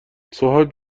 صاحب